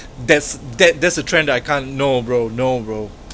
that's that's the trend that I can't no bro no bro